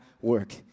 work